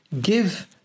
give